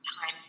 time